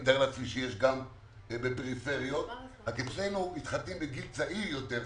אני מתאר לעצמי שיש גם בפריפריות אלא שאצלנו מתחתנים בגיל צעיר יותר.